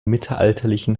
mittelalterlichen